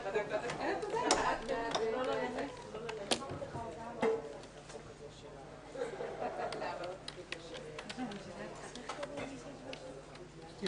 בשעה 12:04.